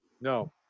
No